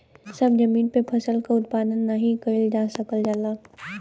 सभ जमीन पे फसल क उत्पादन नाही कइल जा सकल जाला